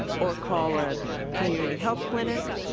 or call a community health clinic